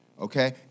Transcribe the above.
okay